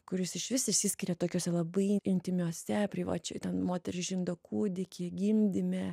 kuris išvis išsiskiria tokiuose labai intymiuose privačiai ten moterys žindo kūdikį gimdyme